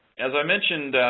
as i mentioned